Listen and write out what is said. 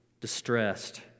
distressed